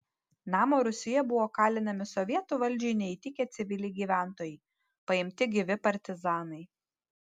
namo rūsyje buvo kalinami sovietų valdžiai neįtikę civiliai gyventojai paimti gyvi partizanai